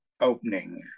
opening